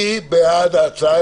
מי בעד ההצעה?